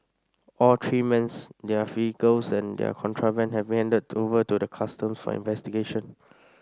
all three men's their vehicles and their contraband have been handed over to the Custom for investigation